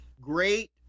great